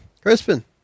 Crispin